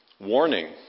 Warning